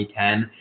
2010